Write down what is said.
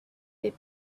they